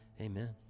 amen